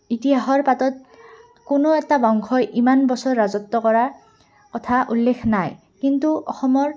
ইতিহাসৰ পাতত কোনো এটা বংশই ইমান বছৰ ৰাজত্ব কৰাৰ কথা উল্লেখ নাই কিন্তু অসমৰ